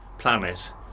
planet